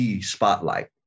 Spotlight